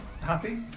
happy